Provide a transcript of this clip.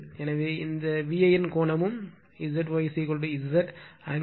எனவே இந்த VAN கோணமும் ZY Z ஆங்கிளாக